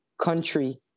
country